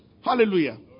Hallelujah